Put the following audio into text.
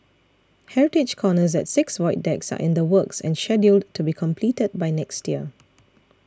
heritage corners at six void decks are in the works and scheduled to be completed by next year